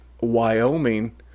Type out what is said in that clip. Wyoming